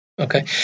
Okay